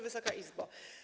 Wysoka Izbo!